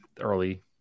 early